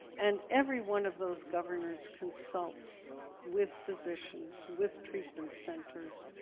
and every one of those governors consults with physicians, with treatment centers.